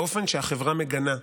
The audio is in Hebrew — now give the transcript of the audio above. באופן שהחברה מגנה.